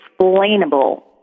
explainable